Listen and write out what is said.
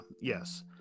yes